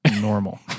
normal